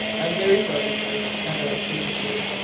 i am very sorry, sir, and i salute you.